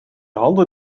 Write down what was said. handen